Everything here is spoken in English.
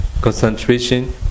concentration